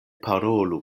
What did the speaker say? parolu